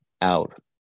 out